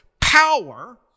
power